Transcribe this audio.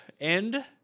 end